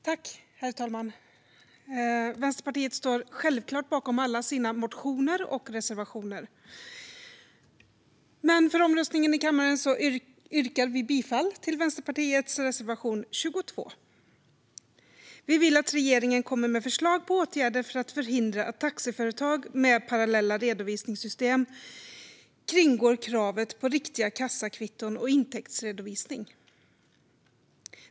Herr talman! Vänsterpartiet står självklart bakom alla sina motioner och reservationer, men inför omröstningen i kammaren yrkar vi bifall endast till Vänsterpartiets reservation 22. Vi vill att regeringen lägger fram förslag på åtgärder för att förhindra att taxiföretag med parallella redovisningssystem kringgår kravet på riktiga kassakvitton och intäktsredovisning.